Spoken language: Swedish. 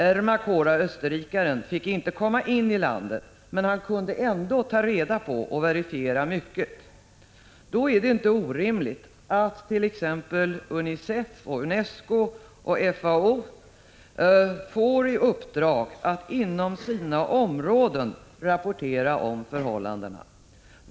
Österrikaren Ermacora fick inte komma in i landet, men han kunde ändå ta reda på och verifiera mycket. Därför är det inte orimligt att t.ex. UNICEF, UNESCO och FAO får i uppdrag att inom sina områden rapportera om förhållandena.